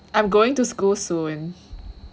I am going to school soon